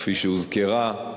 כפי שהוזכרה,